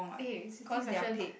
eh this question